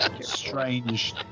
strange